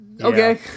Okay